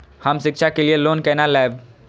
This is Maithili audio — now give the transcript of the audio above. हम शिक्षा के लिए लोन केना लैब?